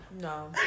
No